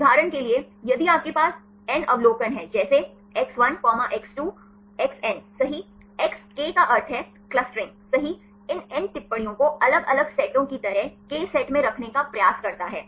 उदाहरण के लिए यदि आपके पास n अवलोकन है जैसे x1 x2 xn सही k का अर्थ है क्लस्टरिंग सही इन n टिप्पणियों को अलग अलग सेटों की तरह k सेट में रखने का प्रयास करता है